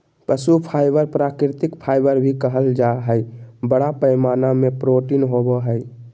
पशु फाइबर प्राकृतिक फाइबर भी कहल जा हइ, बड़ा पैमाना में प्रोटीन होवो हइ